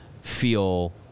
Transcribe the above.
feel